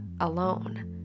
alone